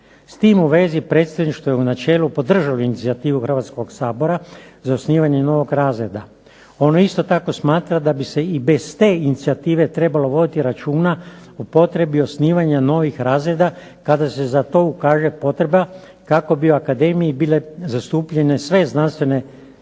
S tim u vezi predsjedništvo je u načelu podržalo inicijativu Hrvatskoga sabora za osnivanje novog razreda. Ono isto tako smatra da bi se i bez te inicijative trebalo voditi računa o potrebi osnivanja novih razreda kada se za to ukaže potreba kako bi u akademiji bile zastupljene sve znanstvene i